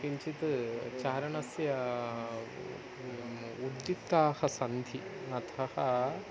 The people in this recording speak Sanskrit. किञ्चित् चारणस्य उद्युक्ताः सन्ति अतः